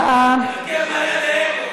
יהיה לך אומץ לעמוד מול הבנקים?